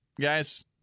guys